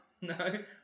No